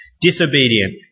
disobedient